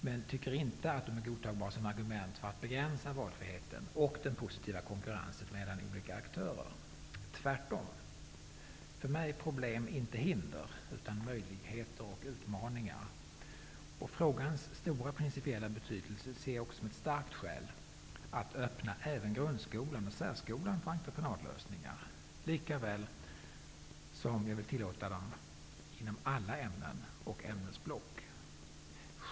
Men jag tycker inte att de är godtagbara som argument för att begränsa valfriheten och den positiva konkurrensen mellan olika aktörer. Tvärtom! För mig är problem inte hinder utan möjligheter och utmaningar. Frågans stora principiella betydelse ser jag också som ett starkt skäl att öppna även grundskolan och särskolan för entreprenadlösningar, likaväl som jag vill tillåta dem inom alla ämnen och ämnesblock.